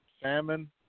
salmon